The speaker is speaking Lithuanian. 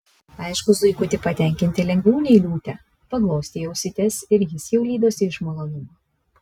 aišku zuikutį patenkinti lengviau nei liūtę paglostei ausytes ir jis jau lydosi iš malonumo